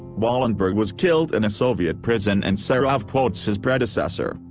wallenberg was killed in a soviet prison and serov quotes his predecessor,